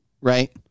Right